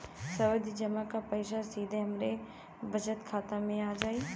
सावधि जमा क पैसा सीधे हमरे बचत खाता मे आ जाई?